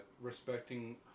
Respecting